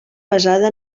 basada